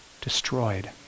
destroyed